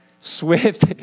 swift